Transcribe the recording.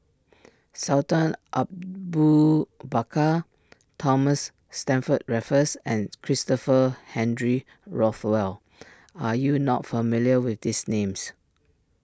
Sultan Abu Bakar Thomas Stamford Raffles and Christopher Henry Rothwell are you not familiar with these names